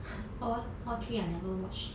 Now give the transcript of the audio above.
all all three I never watch